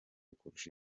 kurusha